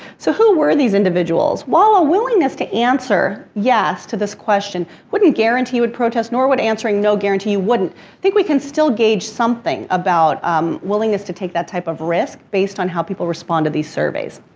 so, who were these individuals? while a willingness to answer, yes, to this question, wouldn't guarantee would protest nor would answering no guarantee wouldn't. i think we can still gauge something about um willingness to take that type of risk based on how people respond to these surveys.